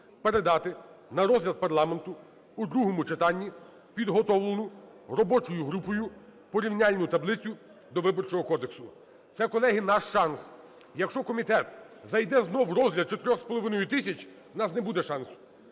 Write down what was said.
передати на розгляд парламенту у другому читанні підготовлену робочою групою порівняльну таблицю до Виборчого кодексу. Це, колеги, наш шанс, якщо комітет зайде знов у розгляд 4,5 тисяч, у нас не буде шансу.